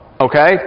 Okay